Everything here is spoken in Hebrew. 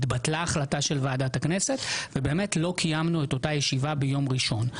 התבטלה החלטה של ועדת הכנסת ובאמת לא קיימנו את אותה ישיבה ביום ראשון.